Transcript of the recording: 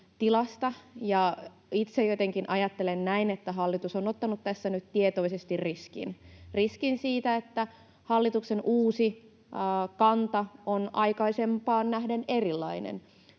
ajattelen näin, että hallitus on ottanut tässä nyt tietoisesti riskin siitä, että hallituksen uusi kanta on aikaisempaan nähden erilainen.